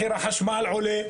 מחיר החשמל עולה,